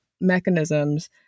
mechanisms